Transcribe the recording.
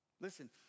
Listen